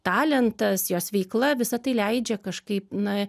talentas jos veikla visa tai leidžia kažkaip na